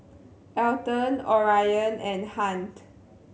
Alton Orion and Hunt